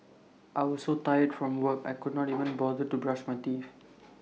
I was so tired from work I could not even bother to brush my teeth